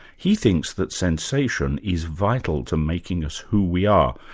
he thinks that sensation is vital to making us who we are,